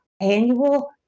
annual